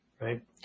right